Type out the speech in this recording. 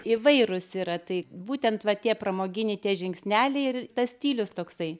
įvairūs yra tai būtent va tie pramoginiai tie žingsneliai ir tas stilius toksai